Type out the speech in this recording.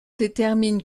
déterminent